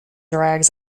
drags